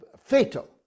fatal